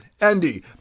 Andy